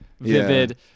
vivid